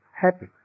happy